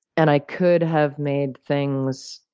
and i could have made things,